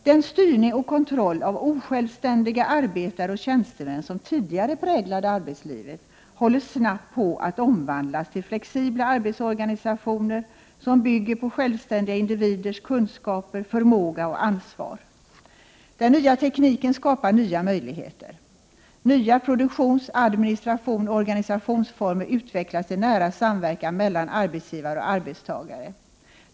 Den styrning och kontroll av osjälvständiga arbetare och tjänstemän som tidigare präglade arbetslivet håller snabbt på att omvandlas till flexibla arbetsorganisationer, som bygger på självständiga individers kunskaper, förmåga och ansvar. Den nya tekniken skapar nya möjligheter. Nya produktions-, administrationsoch organisationsformer utvecklas i nära samverkan mellan arbetsgivare och arbetstagare.